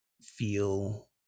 feel